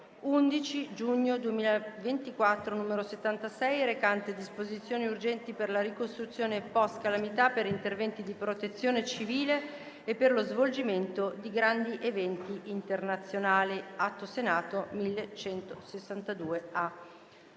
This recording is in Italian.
11 giugno 2024, n. 76, recante disposizioni urgenti per la ricostruzione post-calamità, per interventi di protezione civile e per lo svolgimento di grandi eventi internazionali" (1162)